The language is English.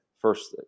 first